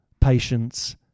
patience